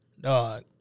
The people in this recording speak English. Dog